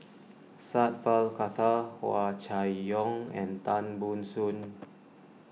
Sat Pal Khattar Hua Chai Yong and Tan Ban Soon